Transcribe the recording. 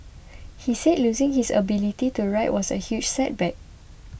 he said losing his ability to write was a huge setback